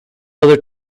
mother